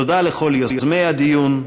תודה לכל יוזמי הדיון.